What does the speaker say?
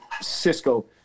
Cisco